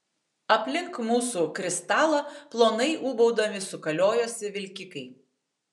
aplink mūsų kristalą plonai ūbaudami sukaliojosi vilkikai